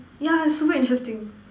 yeah is super interesting